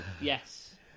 Yes